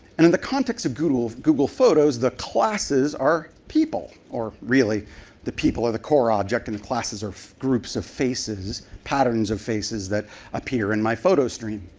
and in the context of google of google photos, the classes are people or really the people are the core objects and the classes are groups of faces, patterns of faces that appear in my photo stream.